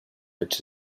which